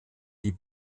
die